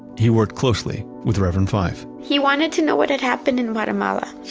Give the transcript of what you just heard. he worked closely with reverend fife he wanted to know what had happened in guatemala.